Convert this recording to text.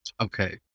Okay